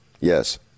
Yes